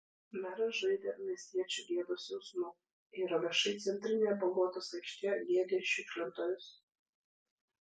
meras žaidė miestiečių gėdos jausmu yra viešai centrinėje bogotos aikštėje gėdijęs šiukšlintojus